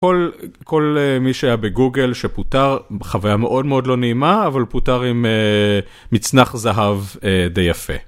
כל מי שהיה בגוגל שפוטר, חוויה מאוד מאוד לא נעימה, אבל פוטר עם מצנח זהב די יפה.